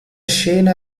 scena